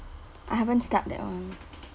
I haven't start that one